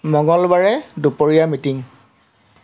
মঙলবাৰে দুপৰীয়া মিটিং